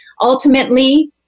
ultimately